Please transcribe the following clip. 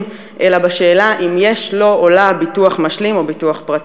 אלא לשאלה אם יש לו או לה ביטוח משלים או ביטוח פרטי.